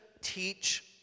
teach